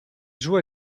joue